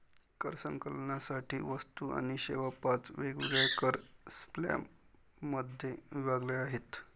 कर संकलनासाठी वस्तू आणि सेवा पाच वेगवेगळ्या कर स्लॅबमध्ये विभागल्या आहेत